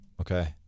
Okay